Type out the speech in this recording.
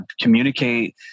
communicate